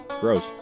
Gross